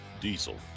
diesel